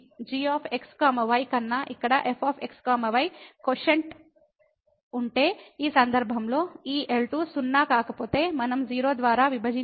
g x y కన్నా ఇక్కడ fx y లబ్ధము ఉంటే ఈ సందర్భంలో ఈ L2 సున్నా కాకపోతే మనం 0 ద్వారా విభజించలేము